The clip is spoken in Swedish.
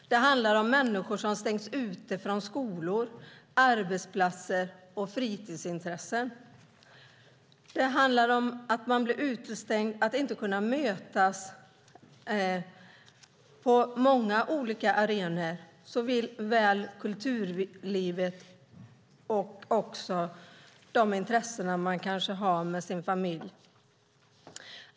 Det handlar om människor som stängs ute från skolor, arbetsplatser och fritidsintressen. Det handlar om att man blir utestängd från att kunna mötas på olika arenor, till exempel kulturlivet eller de intressen man har med sin familj.